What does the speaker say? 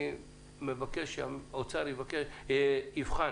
אני מבקש שהאוצר יבחן